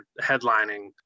headlining